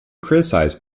criticized